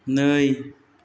नै